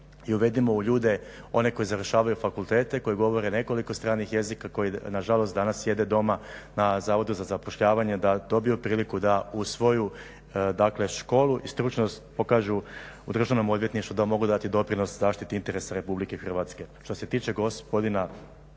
uvedimo ljude, one koji završavaju fakultete, koji govore nekoliko stranih jezika, koji nažalost danas sjede doma na Zavodu za zapošljavanje da dobiju priliku da uz svoju, dakle školu i stručnost pokažu u Državnom odvjetništvu da mogu dati doprinos zaštiti interesa RH. Što se